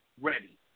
ready